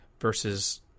versus